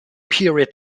period